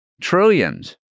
trillions